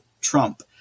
Trump